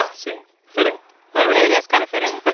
ah see fitting irony it is kind of fitting. but